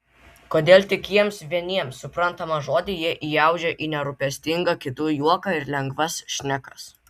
kodėl tik jiems vieniems suprantamą žodį jie įaudžia į nerūpestingą kitų juoką ir lengvas šnekas